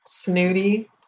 Snooty